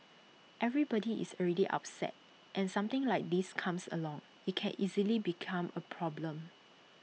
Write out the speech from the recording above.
everybody is already upset and something like this comes along IT can easily become A problem